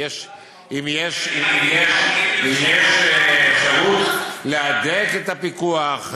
אם יש אפשרות להדק את הפיקוח,